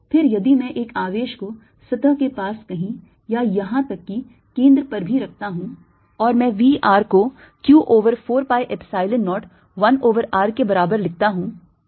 फिर यदि मैं एक आवेश को सतह के पास कहीं या यहाँ तक कि केंद्र पर भी रखता हूं और मैं V r को q over 4 pi epsilon 0 1 over r के बराबर लिखता हूं